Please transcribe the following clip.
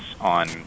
on